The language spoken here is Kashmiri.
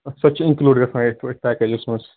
سۄ تہِ چھِ اِنکلوٗڈ گژھان یَتھ پٲٹھۍ پٮ۪کیٚجَس منٛز